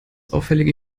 auffällige